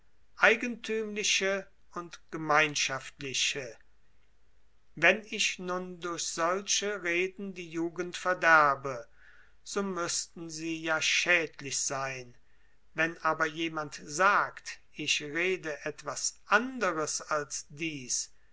eigentümliche und gemeinschaftliche wenn ich nun durch solche reden die jugend verderbe so müßten sie ja schädlich sein wenn aber jemand sagt ich rede etwas anderes als dies